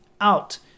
out